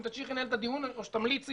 אם תמשיכי לנהל את הדיון או שתמליצי